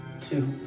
Two